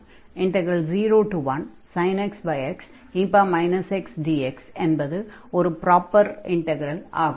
01sin x xe x dx என்பது ஒரு proper integral ஆகும்